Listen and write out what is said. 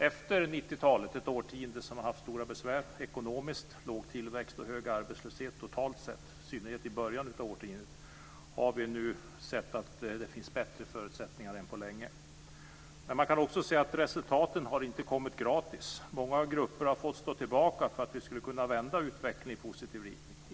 Efter 90-talet - ett årtionde som har haft stora ekonomiska besvär med låg tillväxt och hög arbetslöshet totalt sett, i synnerhet i början av årtiondet - har vi nu sett att det finns bättre förutsättningar än på länge. Men resultaten har inte kommit gratis. Många grupper har fått stå tillbaka för att vi skulle kunna vända utvecklingen i positiv riktning.